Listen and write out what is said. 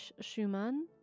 Schumann